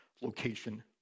location